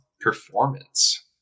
performance